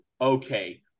okay